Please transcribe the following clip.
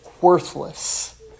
worthless